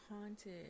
haunted